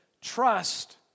trust